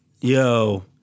Yo